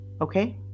okay